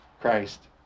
Christ